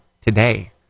today